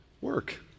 work